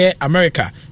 America